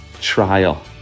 trial